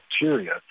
bacteria